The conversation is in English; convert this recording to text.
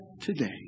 today